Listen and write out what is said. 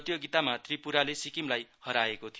प्रतियोगितामा त्रिपुराले सिक्किमलाई हराएको थियो